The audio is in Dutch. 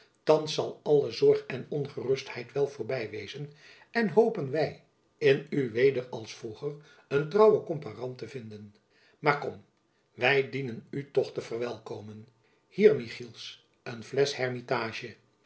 thands zal alle zorg en ongerustheid wel voorby wezen en hopen wy in u weder als vroeger een trouwen komparant te vinden maar kom wy dienen u toch te verwelkomen hier michiels een flesch hermitage